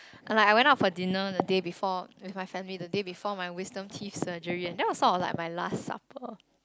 like I went out for dinner the day before with my family the day before the day before my wisdom teeth surgery and that was sort of my last supper